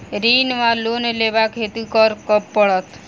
ऋण वा लोन लेबाक हेतु की करऽ पड़त?